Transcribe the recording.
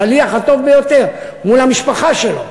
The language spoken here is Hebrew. השליח הטוב ביותר מול המשפחה שלו,